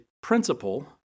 principle